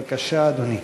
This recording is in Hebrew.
בבקשה, אדוני.